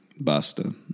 Basta